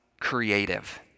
creative